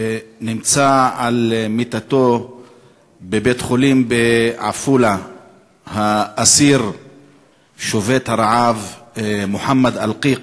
נמצא על מיטתו בבית-חולים בעפולה האסיר שובת הרעב מוחמד אלקיק